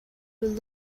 would